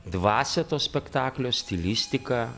dvasią to spektaklio stilistiką